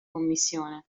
commissione